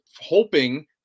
hoping